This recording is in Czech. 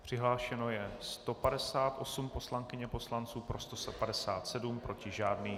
Přihlášeno je 158 poslankyň a poslanců, pro 157, proti žádný.